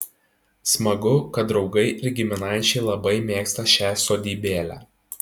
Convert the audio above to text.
smagu kad draugai ir giminaičiai labai mėgsta šią sodybėlę